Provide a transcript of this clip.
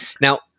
Now